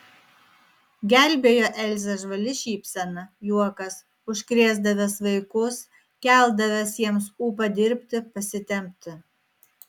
gelbėjo elzę žvali šypsena juokas užkrėsdavęs vaikus keldavęs jiems ūpą dirbti pasitempti